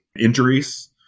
injuries